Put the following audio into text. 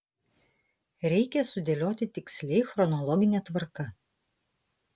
reikia sudėlioti tiksliai chronologine tvarka